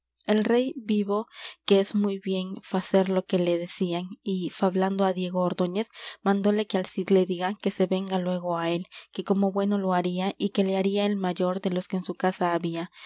el rey vido ques muy bien facer lo que le decían y fablando á diego ordóñez mandóle que al cid le diga que se venga luégo á él que como bueno lo haría y que le haría el mayor de los que en su casa había